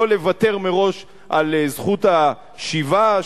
לא לוותר מראש על זכות השיבה,